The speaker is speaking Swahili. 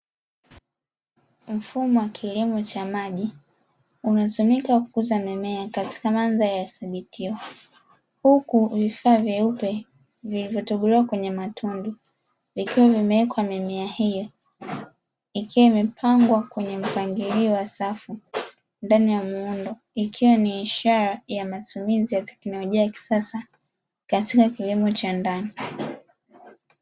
Mfumo wa kilimo cha maji unaotumika kukuza mimea katika madhari iliyodhibitiwa ,huku vifaa vyeupe vilivyotobolewa kwenye matundu vikiwa vimewekwa mimea hiyo ikiwa imepangwa kwenye mpangilio wa safu ndani ya muundo. Ikiwa ni ishara ya matumizi ya teknolojia ya kisasa katika kilimo cha ndani.